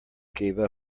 gave